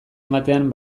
ematean